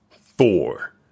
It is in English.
four